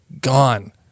gone